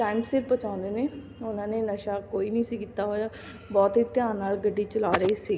time ਸਿਰ ਪਹੁੰਚਾਉਂਦੇ ਨੇ ਉਹਨਾਂ ਨੇ ਨਸ਼ਾ ਕੋਈ ਨਹੀਂ ਸੀ ਕੀਤਾ ਹੋਇਆ ਬਹੁਤ ਹੀ ਧਿਆਨ ਨਾਲ ਗੱਡੀ ਚਲਾ ਰਹੇ ਸੀ